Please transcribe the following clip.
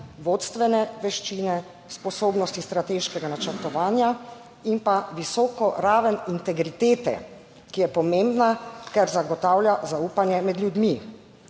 vodstvene veščine, sposobnosti strateškega načrtovanja in pa visoko raven integritete, ki je pomembna, ker zagotavlja zaupanje med ljudmi.